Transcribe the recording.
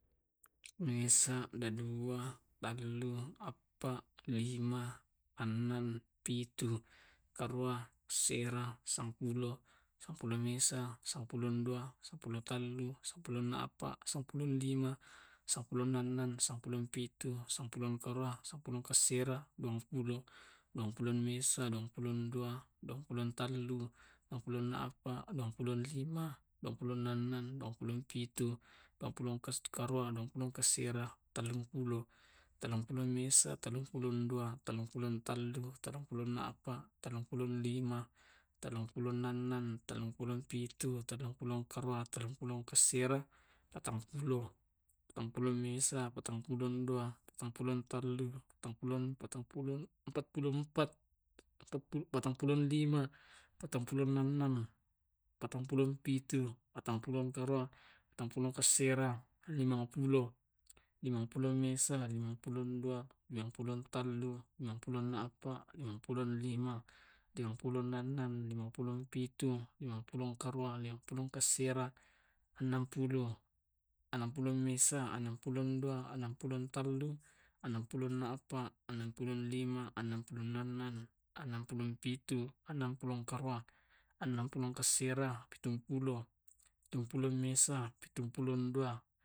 Mesa dua tallu, appa, lima, annang, pitu, karua, asera, sampulo, sampulo mesa, sampulo rua, sampulo tallu, sampulo appa, sampulo lima, sampulo annang, sampulo pitu, sampulo karua, sampulo asera, duampulo, duampulo mesa, duampulo dua, duampulo tallu, duampulo appa, duampulo lima, duampulo annang, duampulo pitu, duampulo karua, duampulo asera, tallumpulo, tallumpulo seddi, tallumpulo dua, tallumpulo tallu, tallimpulo appa, tallumpulo lima, tallumpulo annang, tallumpulo pitu, tallumpulo karua, tallumpulo asera, patampulo, patampulo mesa, patampulo dua, patampula tallu, patampulo appa, patampulo lima, patampulo aannang, patampulo karua, patampulo asera, limampulo, limampulo mesa, limampulo dua, limampulo tallu, limampula appa, limampulo lima, limampula annang, limampulo pitu, limampulo karua, limampulo asera, ennangpulo, ennangpulo mesa, ennangpulo dua, ennangpulo tallu, enangpulo appa.